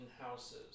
houses